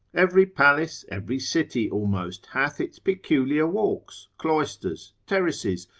every palace, every city almost hath its peculiar walks, cloisters, terraces,